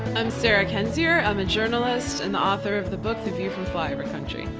i'm sarah kendzior. i'm a journalist, and author of the book the view from flyover country.